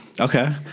Okay